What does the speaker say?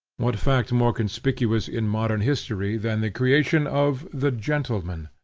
what fact more conspicuous in modern history than the creation of the gentleman?